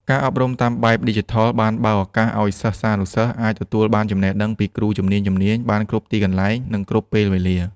ការអប់រំតាមបែបឌីជីថលបានបើកឱកាសឱ្យសិស្សានុសិស្សអាចទទួលបានចំណេះដឹងពីគ្រូជំនាញៗបានគ្រប់ទីកន្លែង និងគ្រប់ពេលវេលា។